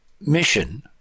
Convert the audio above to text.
mission